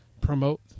promote